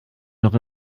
noch